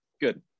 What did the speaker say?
good